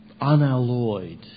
unalloyed